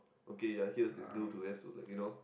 okay I hear is do to us like you know